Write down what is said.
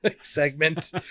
segment